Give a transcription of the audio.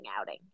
outing